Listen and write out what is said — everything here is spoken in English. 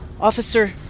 Officer